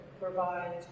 provide